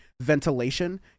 ventilation